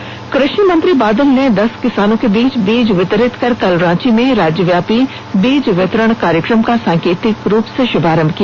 क़षिमंत्री कृषिमंत्री बादल ने दस किसानों के बीच बीज वितरित कर कल रांवी में राज्यव्यापी बीज वितरण कार्यक्रम का सांकेतिक रूप से ष्रभारंभ किया